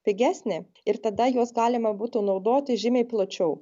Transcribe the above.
pigesni ir tada juos galima būtų naudoti žymiai plačiau